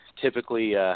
typically –